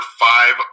five